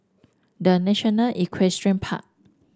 The National Equestrian Park